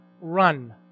run